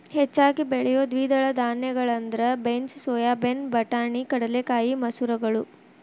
ಹೆಚ್ಚಾಗಿ ಬೆಳಿಯೋ ದ್ವಿದಳ ಧಾನ್ಯಗಳಂದ್ರ ಬೇನ್ಸ್, ಸೋಯಾಬೇನ್, ಬಟಾಣಿ, ಕಡಲೆಕಾಯಿ, ಮಸೂರಗಳು